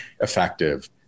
effective